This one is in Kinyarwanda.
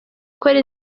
ikora